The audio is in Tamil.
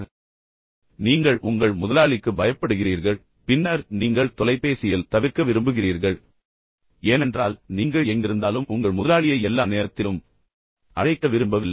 நீங்கள் வெறுமனே உங்கள் முதலாளிக்கு பயப்படுகிறீர்கள் பின்னர் நீங்கள் தொலைபேசியில் தவிர்க்க விரும்புகிறீர்கள் ஏனென்றால் நீங்கள் எங்கிருந்தாலும் உங்கள் முதலாளியை எல்லா நேரத்திலும் அழைக்க விரும்பவில்லை